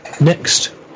next